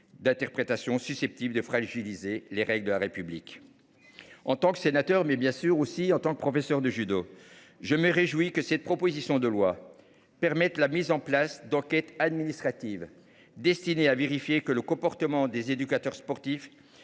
d’interprétations susceptibles de fragiliser les règles de la République. En tant que sénateur, mais aussi en tant que professeur de judo, je me réjouis que cette proposition de loi permette la mise en place d’enquêtes administratives destinées à vérifier que le comportement des éducateurs sportifs